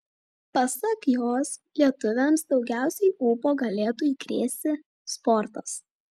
pasak jos lietuviams daugiausiai ūpo galėtų įkrėsi sportas